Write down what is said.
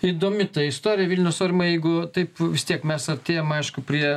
įdomi ta istorija vilnius aurimai jeigu taip vis tiek mes artėjam aišku prie